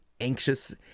anxious